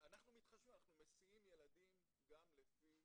אנחנו מסיעים ילדים גם לפי